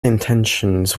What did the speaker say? intentions